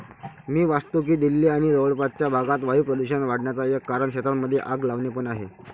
मी वाचतो की दिल्ली आणि जवळपासच्या भागात वायू प्रदूषण वाढन्याचा एक कारण शेतांमध्ये आग लावणे पण आहे